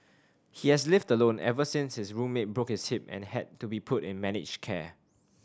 he has lived alone ever since his roommate broke his hip and had to be put in managed care